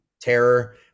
terror